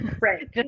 Right